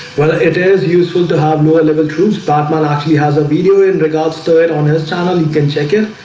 well, it is useful to have lower level truths batman actually has a video in regards to it on his channel you can check it.